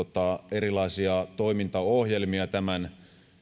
erilaisia toimintaohjelmia tämän